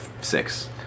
six